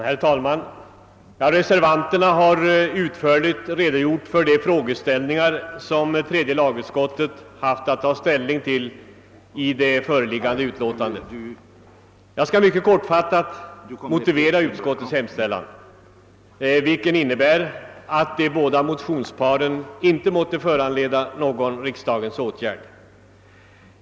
Herr talman! Reservanterna har ut förligt redogjort för de frågeställningar som tredje lagutskottet haft att behandla i det föreliggande utlåtandet. Jag skall därför bara mycket kort motivera utskottets hemställan, som innebär att de båda motionsparen inte måtte föranleda någon riksdagens åtgärd.